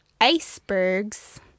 icebergs